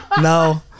no